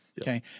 Okay